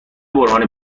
برهانی